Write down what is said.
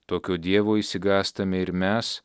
tokio dievo išsigąstame ir mes